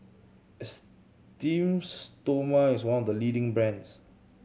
Esteem Stoma is one of the leading brands